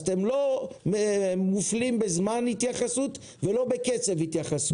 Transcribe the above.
אז אתם לא מופלים בזמן התייחסות ולא בקצב התייחסות.